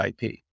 ip